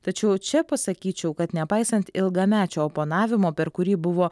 tačiau čia pasakyčiau kad nepaisant ilgamečio oponavimo per kurį buvo